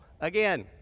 again